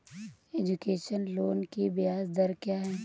Education loan की ब्याज दर क्या है?